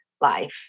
life